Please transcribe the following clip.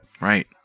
Right